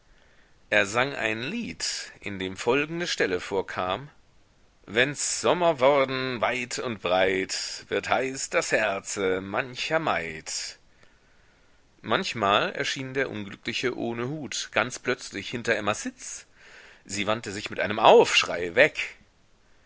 er sang ein lied in dem folgende stelle vorkam wenns sommer worden weit und breit wird heiß das herze mancher maid manchmal erschien der unglückliche ohne hut ganz plötzlich hinter emmas sitz sie wandte sich mit einem aufschrei weg